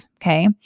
okay